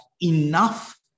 enough